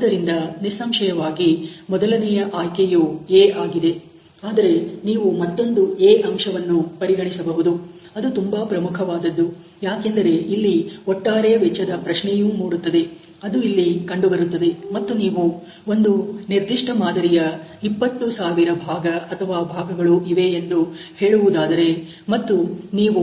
ಆದ್ದರಿಂದ ನಿಸ್ಸಂಶಯವಾಗಿ ಮೊದಲನೆಯ ಆಯ್ಕೆಯು A ಆಗಿದೆ ಆದರೆ ನೀವು ಮತ್ತೊಂದು A ಅಂಶವನ್ನು ಪರಿಗಣಿಸಬಹುದು ಅದು ತುಂಬಾ ಪ್ರಮುಖವಾದದ್ದು ಯಾಕೆಂದರೆ ಇಲ್ಲಿ ಒಟ್ಟಾರೆ ವೆಚ್ಚದ ಪ್ರಶ್ನೆಯೂ ಮೂಡುತ್ತದೆ ಅದು ಇಲ್ಲಿ ಕಂಡುಬರುತ್ತದೆ ಮತ್ತು ನೀವು ಒಂದು ನಿರ್ದಿಷ್ಟ ಉತ್ಪನ್ನದ ಮಾದರಿಯ 20000 ಭಾಗ ಅಥವಾ ಭಾಗಗಳು ಇವೆ ಎಂದು ಹೇಳುವುದಾದರೆ ಮತ್ತು ನೀವು